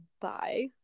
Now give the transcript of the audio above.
bye